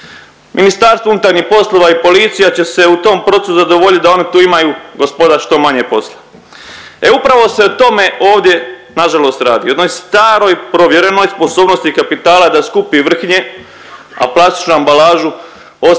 ožiljci kome, nama. MUP i policija će se u tom procesu zadovoljiti da oni tu imaju gospoda što manje posla. E upravo se o tome ovdje nažalost radi o jednoj staroj, provjerenoj sposobnosti kapitala da skupi vrhnje, a plastičnu ambalažu ostavi